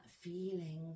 feeling